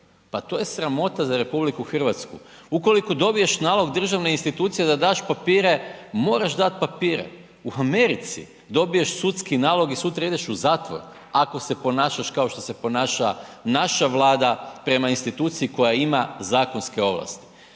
pa to je sramota za RH. Ukoliko dobiješ nalog državne institucije da daš papire, moraš dat papire. U Americi dobiješ sudski nalog i sutra ideš u zatvor ako se ponašaš kao što se ponaša naša Vlada prema instituciji koja ima zakonske ovlasti.